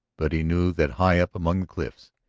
but he knew that high up among the cliffs,